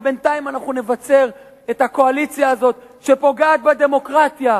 אבל בינתיים אנחנו נבצר את הקואליציה הזאת שפוגעת בדמוקרטיה.